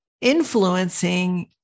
influencing